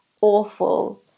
awful